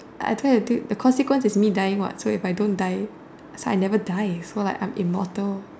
I try to deal the consequence is me dying what so if I don't die so I never die so like I'm immortal